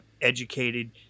educated